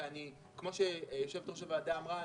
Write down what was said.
כפי שיושבת-ראש הוועדה אמרה,